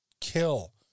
kill